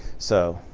so